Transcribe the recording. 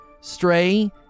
Stray